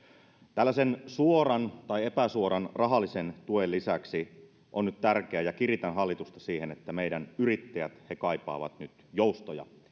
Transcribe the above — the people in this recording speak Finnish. tällaisen suoran tai epäsuoran rahallisen tuen lisäksi on nyt tärkeää ja kiritän hallitusta siihen että meidän yrittäjät saisivat nyt joustoja he kaipaavat niitä